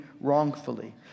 wrongfully